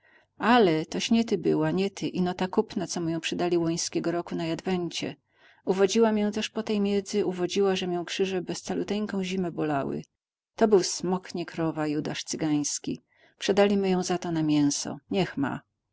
ale toś nie ty była nie ty ino ta kupna co my ją przedali łońskiego roku na jadwencie uwodziła mię też po tej miedzy że mię krzyże bez caluteńką zimę bolały to był smok nie krowa judasz cygański przedaliśmy ją za to na mięso niech ma